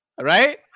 right